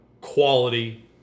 quality